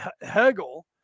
Hegel